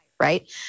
right